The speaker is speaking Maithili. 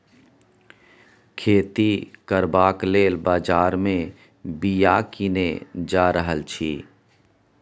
खेती करबाक लेल बजार मे बीया कीने जा रहल छी